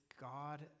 God